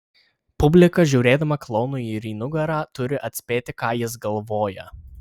publika žiūrėdama klounui ir į nugarą turi atspėti ką jis galvoja